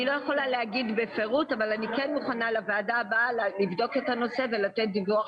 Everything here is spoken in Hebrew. אני לא יכולה להגיד בפירוט אבל אני מוכנה לבדוק את הנושא לדיון